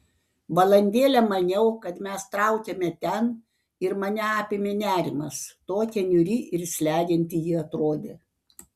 valandėlę maniau kad mes traukiame ten ir mane apėmė nerimas tokia niūri ir slegianti ji atrodė